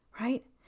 right